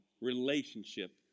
relationship